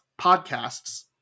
podcasts